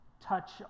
touch